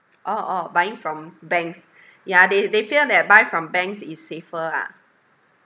orh orh buying from banks yeah they they feel that buy from banks is safer ah